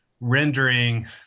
rendering